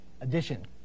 addition